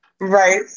Right